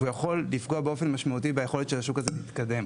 והוא יכול לפגוע באופן משמעותי ביכולת של השוק הזה להתקדם.